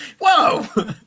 Whoa